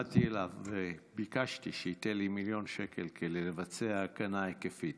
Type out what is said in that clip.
באתי אליו וביקשתי שייתן לי מיליון שקלים כדי לבצע הגנה היקפית.